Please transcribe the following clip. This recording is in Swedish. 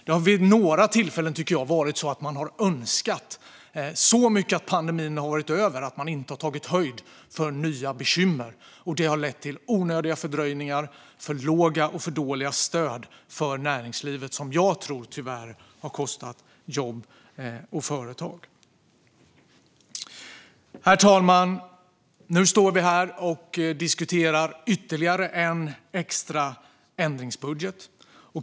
Det har vid några tillfällen, tycker jag, verkat som att man har önskat så mycket att pandemin har varit över att man inte har tagit höjd för nya bekymmer. Det har lett till onödiga fördröjningar och för låga och för dåliga stöd för näringslivet, vilket jag tror tyvärr har kostat jobb och företag. Herr talman! Nu står vi här och diskuterar ytterligare en extra ändringsbudget.